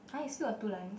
!huh! you still got two lines